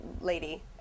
lady